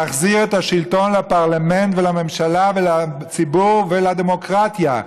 להחזיר את השלטון לפרלמנט ולממשלה ולציבור ולדמוקרטיה.